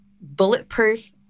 bulletproof